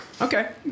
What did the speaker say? Okay